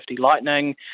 Lightning